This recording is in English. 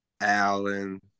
Allen